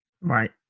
Right